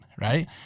right